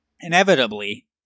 Inevitably